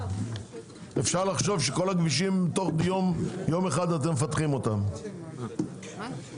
אפשר לחשוב שאתם מפתחים תוך יום אחד את כל הכבישים.